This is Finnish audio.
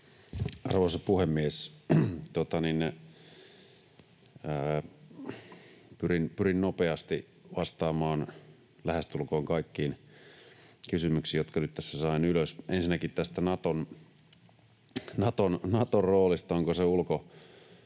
Arvoisa puhemies! Pyrin nopeasti vastaamaan lähestulkoon kaikkiin kysymyksiin, jotka nyt tässä sain ylös. — Ensinnäkin tästä Naton roolista, onko se